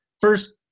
first